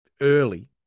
early